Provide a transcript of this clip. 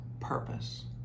purpose